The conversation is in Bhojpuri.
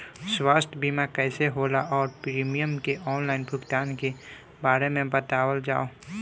स्वास्थ्य बीमा कइसे होला और प्रीमियम के आनलाइन भुगतान के बारे में बतावल जाव?